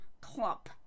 clump